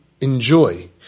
enjoy